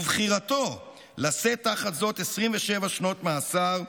ובחירתו לשאת תחת זאת 27 שנות מאסר,